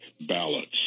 ballots